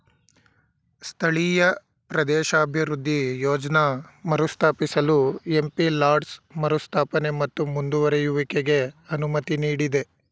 ಸ್ಥಳೀಯ ಪ್ರದೇಶಾಭಿವೃದ್ಧಿ ಯೋಜ್ನ ಮರುಸ್ಥಾಪಿಸಲು ಎಂ.ಪಿ ಲಾಡ್ಸ್ ಮರುಸ್ಥಾಪನೆ ಮತ್ತು ಮುಂದುವರೆಯುವಿಕೆಗೆ ಅನುಮತಿ ನೀಡಿದೆ